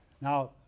Now